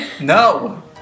No